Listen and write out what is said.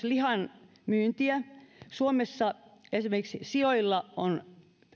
lihanmyyntiä suomessa esimerkiksi sioilla on